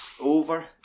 Over